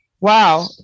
Wow